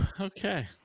okay